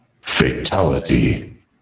Fatality